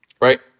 right